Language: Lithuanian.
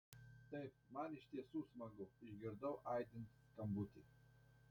taip man iš tiesų smagu išgirdau aidint skambutį